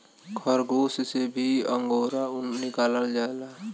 खरगोस से भी अंगोरा ऊन निकालल जाला